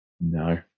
No